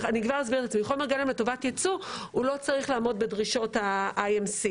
וחומר גלם לטובת ייצוא לא צריך לעמוד בדרישות ה-IMC,